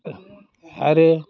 आरो